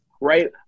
Right